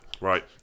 right